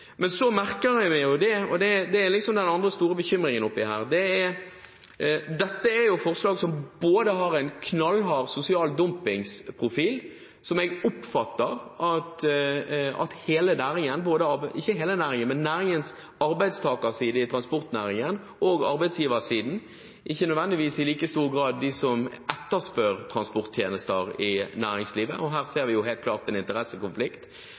Men så har jeg en annen stor bekymring. Dette er forslag som har en knallhard sosial dumpingsprofil, og jeg oppfatter at det er noe både arbeidstakersiden og arbeidsgiversiden i transportnæringen, men ikke nødvendigvis i like stor grad de som etterspør transporttjenester i næringslivet – og her ser vi jo helt klart en interessekonflikt